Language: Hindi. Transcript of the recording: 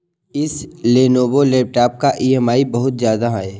इस लेनोवो लैपटॉप का ई.एम.आई बहुत ज्यादा है